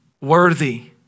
worthy